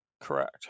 correct